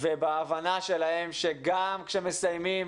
ובהבנה שלהם שגם כשמסיימים,